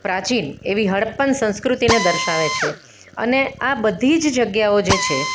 પ્રાચીન એવી હડપ્પન સંસ્કૃતિને દર્શાવે છે અને આ બધી જ જગ્યાઓ જે છે